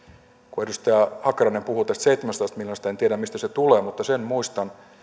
kun edustaja hakkarainen puhui tästä seitsemästäsadasta miljoonasta en tiedä mistä se tulee mutta sen muistan